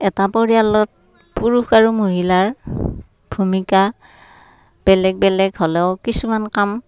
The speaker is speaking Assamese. এটা পৰিয়ালত পুৰুষ আৰু মহিলাৰ ভূমিকা বেলেগ বেলেগ হ'লেও কিছুমান কাম